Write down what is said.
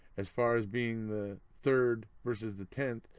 as far as being the third versus the tenth,